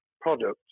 products